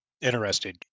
Interesting